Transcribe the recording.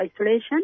isolation